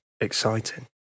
exciting